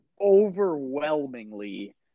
overwhelmingly